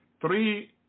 Three